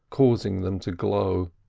causing them to glow.